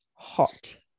hot